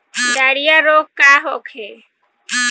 Diarrhoea रोग का होखे?